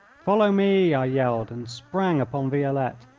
follow me! i yelled, and sprang upon violette,